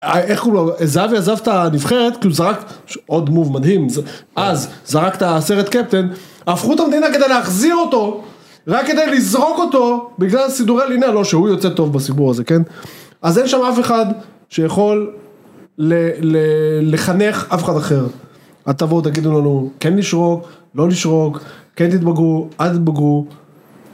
איך קוראים לו, זהבי עזב את הנבחרת, כי הוא זרק, עוד מוב מדהים, אז זרק את הסרט קפטן הפכו את המדינה כדי להחזיר אותו רק כדי לזרוק אותו בגלל הסידורי לינה לא שהוא יוצא טוב בסיפור הזה אז אין שם אף אחד שיכול לחנך אף אחד אחר אל תבואו תגידו לנו כן לשרוק, לא לשרוק כן תתבגרו, אל תתבגרו